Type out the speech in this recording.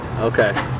Okay